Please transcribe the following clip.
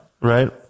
Right